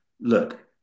look